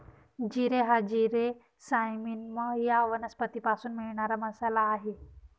जिरे हा जिरे सायमिनम या वनस्पतीपासून मिळणारा मसाला आहे